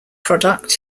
product